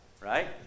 right